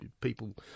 people